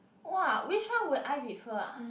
!wah! which one would I prefer ah